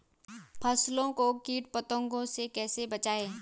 फसल को कीट पतंगों से कैसे बचाएं?